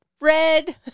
Red